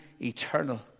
eternal